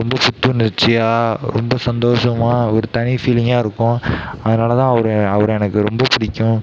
ரொம்ப புத்துணர்ச்சியாக ரொம்ப சந்தோஷமாக ஒரு தனி ஃபீலிங்காக இருக்கும் அதனால தான் அவர் அவர எனக்கு ரொம்ப பிடிக்கும்